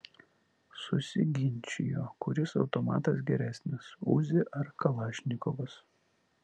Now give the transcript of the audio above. susiginčijo kuris automatas geresnis uzi ar kalašnikovas